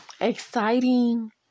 exciting